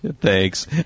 Thanks